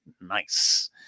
Nice